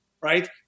right